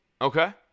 okay